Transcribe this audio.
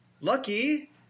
Lucky